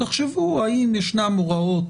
תחשבו האם ישנן הוראות